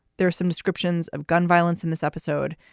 there are some descriptions of gun violence in this episode.